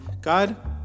God